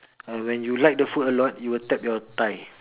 uh when you like the food a lot you will tap your thigh